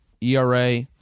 ERA